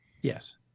Yes